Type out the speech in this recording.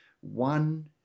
one